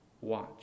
watch